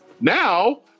now